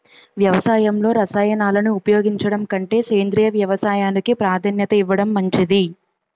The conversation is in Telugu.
వ్యవసాయంలో రసాయనాలను ఉపయోగించడం కంటే సేంద్రియ వ్యవసాయానికి ప్రాధాన్యత ఇవ్వడం మంచిది